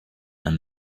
and